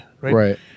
Right